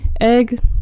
egg